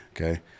Okay